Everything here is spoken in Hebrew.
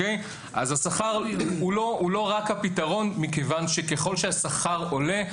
השכר הוא לא רק הפתרון מכיוון שככל שהשכר עולה,